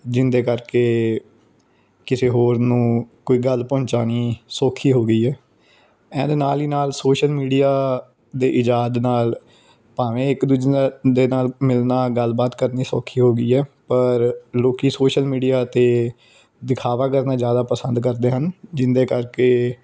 ਜਿਹਦੇ ਕਰਕੇ ਕਿਸੇ ਹੋਰ ਨੂੰ ਕੋਈ ਗੱਲ ਪਹੁੰਚਾਉਣੀ ਸੌਖੀ ਹੋ ਗਈ ਹੈ ਇਹਦੇ ਨਾਲ ਹੀ ਨਾਲ ਸੋਸ਼ਲ ਮੀਡੀਆ ਦੇ ਇਜਾਦ ਨਾਲ ਭਾਵੇਂ ਇੱਕ ਦੂਜੇ ਨਾਲ ਦੇ ਨਾਲ ਮਿਲਣਾ ਗੱਲਬਾਤ ਕਰਨੀ ਸੌਖੀ ਹੋ ਗਈ ਹੈ ਪਰ ਲੋਕ ਸੋਸ਼ਲ ਮੀਡੀਆ 'ਤੇ ਦਿਖਾਵਾ ਕਰਨਾ ਜ਼ਿਆਦਾ ਪਸੰਦ ਕਰਦੇ ਹਨ ਜਿਹਦੇ ਕਰਕੇ